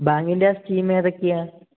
ബാങ്കിൻ്റെ സ്കീം ഏതൊക്കെയാണ്